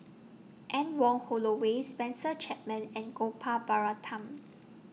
Anne Wong Holloway Spencer Chapman and Gopal Baratham